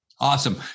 Awesome